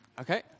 Okay